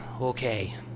okay